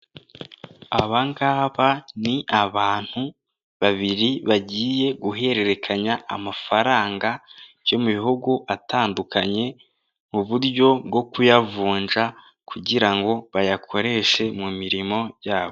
Aba ngaba ni abantu babiri bagiye guhererekanya amafaranga yo mu bihugu atandukanye, mu buryo bwo kuyavunja kugira ngo bayakoreshe mu mirimo yabo.